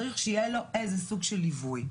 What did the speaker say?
צריך שיהיה לו איזה סוג של ליווי.